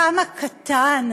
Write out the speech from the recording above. כמה קטן,